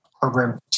program